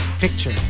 picture